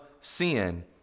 sin